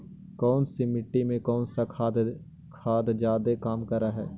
कौन सा मिट्टी मे कौन सा खाद खाद जादे काम कर हाइय?